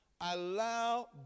allow